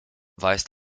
weist